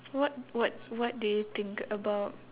what what what do you think about